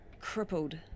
Crippled